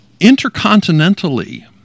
intercontinentally